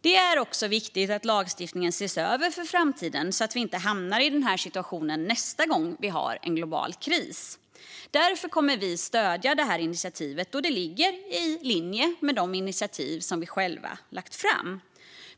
Det är också viktigt att lagstiftningen ses över för framtiden, så att vi inte hamnar i den här situationen nästa gång vi har en global kris. Därför kommer vi att stödja det här initiativet, då det ligger i linje med de initiativ som vi själva tagit.